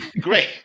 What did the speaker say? Great